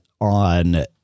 on